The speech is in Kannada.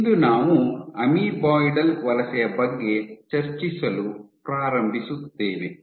ಇಂದು ನಾವು ಅಮೀಬಾಯ್ಡಲ್ ವಲಸೆಯ ಬಗ್ಗೆ ಚರ್ಚಿಸಲು ಪ್ರಾರಂಭಿಸುತ್ತೇವೆ